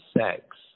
sex